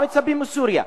מה מצפים מסוריה,